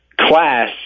class